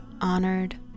honored